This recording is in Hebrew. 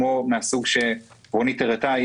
מהסוג שרונית הראתה,